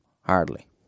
Hardly